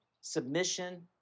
submission